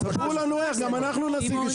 זה מה שאתם עושים.